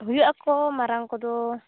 ᱦᱩᱭᱩᱜ ᱟᱠᱚ ᱢᱟᱨᱟᱝ ᱠᱚᱫᱚ